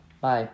bye